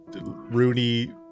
Rooney